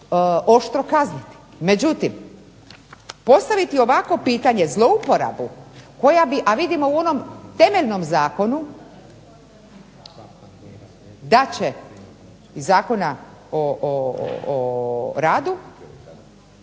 oštro kazniti. Međutim, postaviti ovakvo pitanje zlouporabu koja bi, a vidimo u onom temeljnom zakonu da će iz Zakona o radu,